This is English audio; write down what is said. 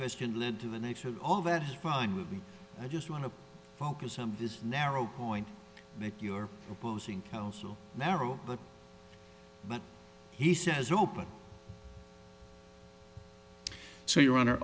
question led to the next and all that is fine with me i just want to focus on this narrow point make your opposing counsel narrow but but he says open so your hon